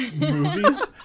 movies